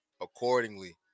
accordingly